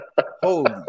Holy